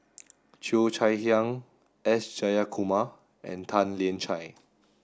Cheo Chai Hiang S Jayakumar and Tan Lian Chye